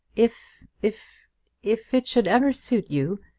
if if if it should ever suit you,